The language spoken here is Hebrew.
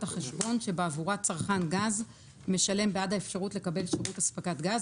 החשבון שבעבורה צרכן גז משלם בעד האפשרות לקבל שירות הספקת גז,